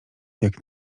jak